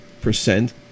percent